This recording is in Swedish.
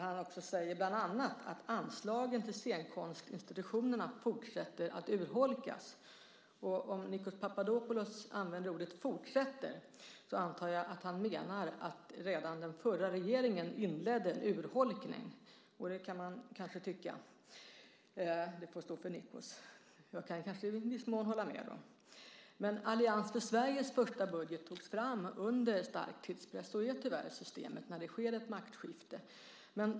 Han säger bland annat att anslagen till scenkonstinstitutionerna fortsätter att urholkas. Om Nikos Papadopoulos använder ordet "fortsätter" så antar jag att han menar att redan den förra regeringen inledde en urholkning, och det kan man kanske tycka. Det får stå för Nikos, även om jag kanske i viss mån kan hålla med honom. Allians för Sveriges första budget togs fram under stark tidspress. Sådant är tyvärr systemet när det sker ett maktskifte.